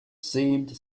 seemed